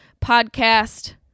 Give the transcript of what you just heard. podcast